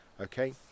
okay